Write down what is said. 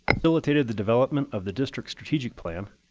facilitated the development of the district's strategic plan,